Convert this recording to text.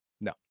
no